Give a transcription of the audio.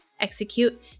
execute